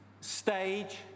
stage